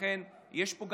ולכן יש פה,